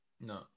no